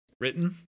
written